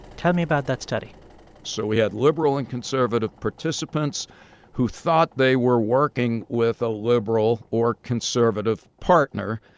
tell me about that study so we had liberal and conservative participants who thought they were working with a liberal or conservative partner.